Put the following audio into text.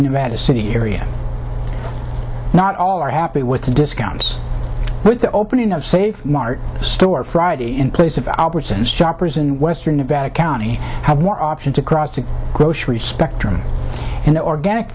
nevada city area not all are happy with the discounts with the opening of save mart store friday in place of albertson's shoppers in western nevada county have more options across to grocery spectrum and organic